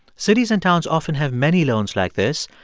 cities and towns often have many loans like this.